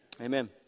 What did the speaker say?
Amen